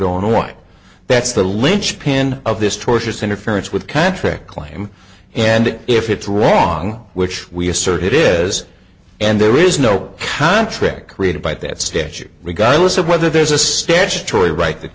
illinois that's the linchpin of this tortious interference with catterick claim and if it's wrong which we assert it is and there is no contract created by that statute regardless of whether there's a statutory right that